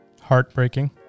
heartbreaking